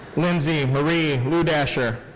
lindsey marie ludescher.